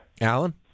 Alan